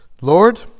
Lord